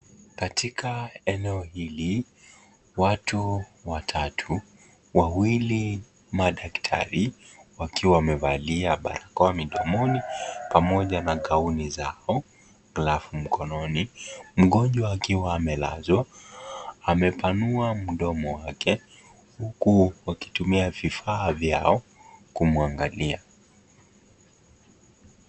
Katika eneo hili watu watatu, wawili madaktari wakiwa wamevalia barakoa midomoni pamoja na gauni zao, glovu mkononi, mgonjwa akiwa amelazwa amepanua mdomo wake huku wakitumia vifaa vyao kumwangalia.